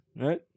right